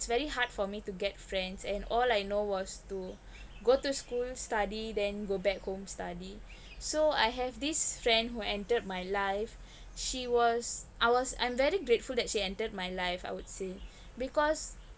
it's very hard for me to get friends and all I know was to go to school study then go back home study so I have this friend who entered my life she was I was I'm very grateful that she entered my life I would say because